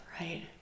right